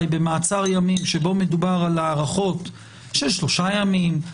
במעצר ימים שבו מדובר על הארכות של שלושה ימים,